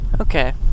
Okay